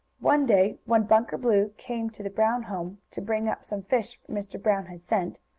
one day, when bunker blue came to the brown home, to bring up some fish mr. brown had sent,